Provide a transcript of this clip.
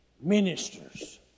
ministers